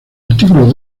artículos